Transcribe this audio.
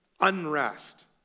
unrest